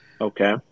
Okay